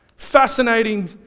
Fascinating